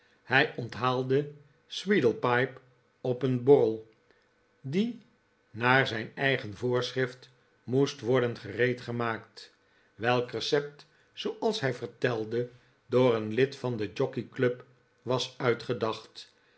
hij onthaalde sweedlepipe op een borrel die naar zijn eigen voorschrift moest worden gereedgemaakt welk recept zooals hij vertelde door een lid van de jockey club was uitgedacht